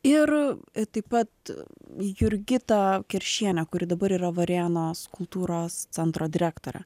ir taip pat jurgita keršienė kuri dabar yra varėnos kultūros centro direktorė